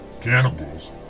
Cannibals